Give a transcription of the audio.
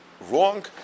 wrong